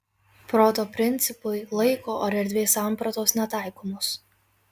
proto principui laiko ar erdvės sampratos netaikomos